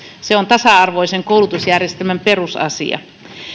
se on tasa arvoisen koulutusjärjestelmän perusasia